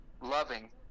loving